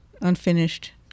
unfinished